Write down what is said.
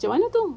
camne tu